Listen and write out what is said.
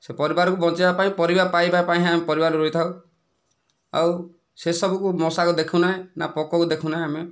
ସେ ପରିବାରକୁ ବଞ୍ଚେଇବା ପାଇଁ ପରିବା ପାଇବା ପାଇଁ ହିଁ ଆମେ ପରିବାରରେ ରହିଥାଉ ଆଉ ସେସବୁକୁ ମଶାକୁ ଦେଖୁନା ନା ପୋକକୁ ଦେଖୁନା ଆମେ